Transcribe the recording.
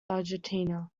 argentina